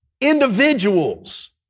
individuals